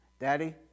Daddy